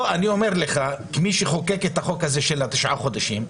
אני אומר לך כמי שחוקק את החוק של ה-9 חודשים,